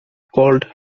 called